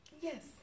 Yes